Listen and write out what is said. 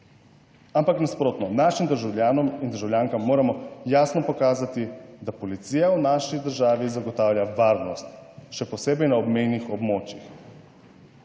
ampak nasprotno. Našim državljanom in državljankam moramo jasno pokazati, da policija v naši državi zagotavlja varnost, še posebej na obmejnih območjih.